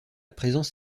présence